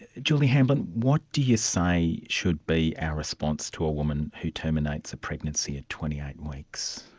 julie hamblin, what do you say should be our response to a woman who terminates a pregnancy at twenty eight weeks?